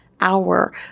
hour